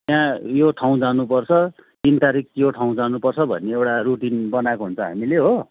त्यहाँ यो ठाउँ जानुपर्छ तिन तारिक यो ठाउँ जानुपर्छ भन्ने एउटा रुटिन बनाएको हुन्छ हामीले हो